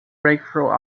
breakthrough